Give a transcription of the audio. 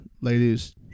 ladies